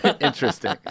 interesting